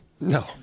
No